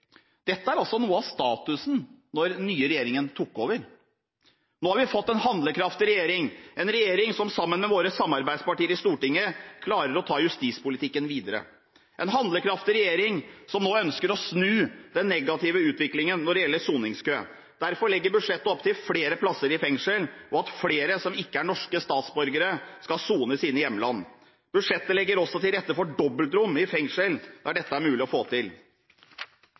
Dette var altså noe av statusen da den nye regjeringen tok over. Nå har vi fått en handlekraftig regjering – en regjering som sammen med sine samarbeidspartier i Stortinget klarer å ta justispolitikken videre, en handlekraftig regjering som nå ønsker å snu den negative utviklingen når det gjelder soningskø. Derfor legger budsjettet opp til flere plasser i fengsel, og at flere som ikke er norske statsborgere, skal sone i sitt hjemland. Budsjettet legger også til rette for dobbeltrom i fengsel der dette er mulig å få til.